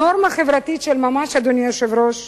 בנורמה חברתית של ממש, אדוני היושב-ראש,